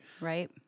Right